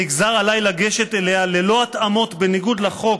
שנגזר עליי לגשת אליה, בניגוד לחוק,